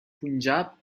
punjab